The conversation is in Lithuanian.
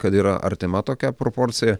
kad yra artima tokia proporcija